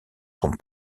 son